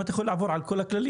אם אתה יכול לעבור על כל הכללים,